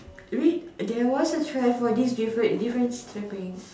read there was a chair for this difference difference secret